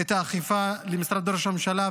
את האכיפה למשרד ראש הממשלה,